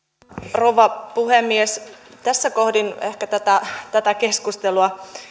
rouva puhemies tässä kohdin tätä tätä keskustelua